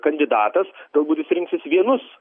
kandidatas turbūt jis rinksis vienus